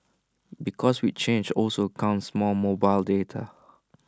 because with change also comes more mobile data